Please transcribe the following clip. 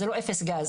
זה לא אפס גז.